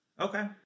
okay